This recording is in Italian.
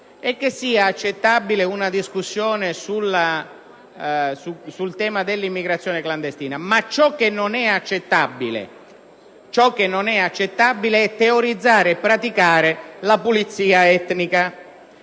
e che sia accettabile una discussione sul tema dell'immigrazione clandestina, ma ciò che non è accettabile è teorizzare e praticare la pulizia etnica.